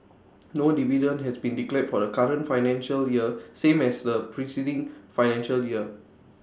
no dividend has been declared for the current financial year same as the preceding financial year